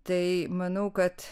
tai manau kad